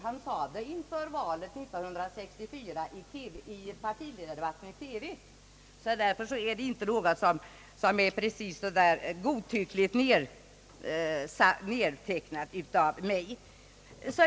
Han anförde ordagrant detta inför valet 1964 i partiledardebatten i TV, och det är inte godtyckligt nedtecknat av mig.